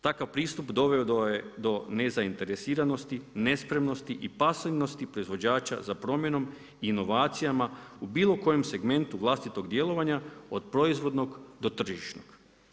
Takav pristup doveo je do nezainteresiranosti, nespremnosti i pasivnosti proizvođača za promjenom, inovacijama u bilo kojem segmentu vlastitog djelovanja od proizvodnog do tržišnog.